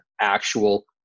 actual